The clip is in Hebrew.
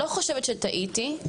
האוצר איתנו,